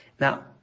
Now